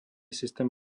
systém